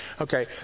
okay